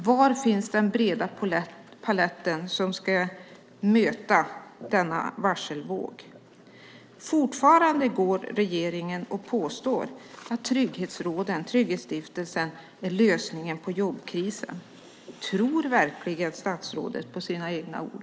Var finns den breda palett som ska möta denna varselvåg? Fortfarande påstår regeringen att Trygghetsrådet och Trygghetsstiftelsen är lösningen på jobbkrisen. Tror statsrådet verkligen på sina egna ord?